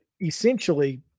essentially